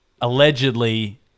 allegedly